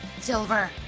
Silver